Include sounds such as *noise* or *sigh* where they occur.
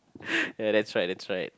*laughs* ya that's right that's right